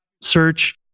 search